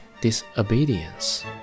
disobedience